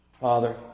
father